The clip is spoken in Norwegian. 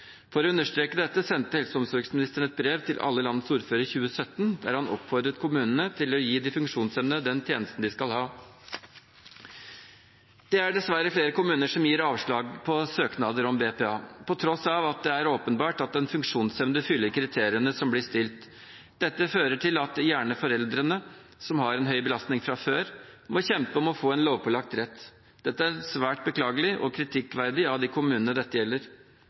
For å understreke dette sendte helse- og omsorgsministeren et brev til alle landets ordførere i 2017, der han oppfordret kommunene til å gi de funksjonshemmede den tjenesten de skal ha. Det er dessverre flere kommuner som gir avslag på søknader om BPA, på tross av at det er åpenbart at den funksjonshemmede fyller kriteriene som blir stilt. Dette fører gjerne til at foreldrene, som har en høy belastning fra før, må kjempe for å få en lovpålagt rett. Det er svært beklagelig og kritikkverdig av de kommunene det gjelder.